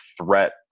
threat